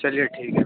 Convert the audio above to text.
चलिए ठीक है भैया